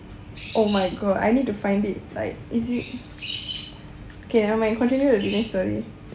oh my god I need to find it like is it okay nevermind continue the dinesh story